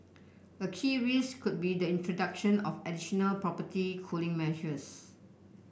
a key risk could be the introduction of additional property cooling measures